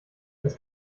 das